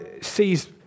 sees